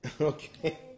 okay